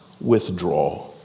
withdraw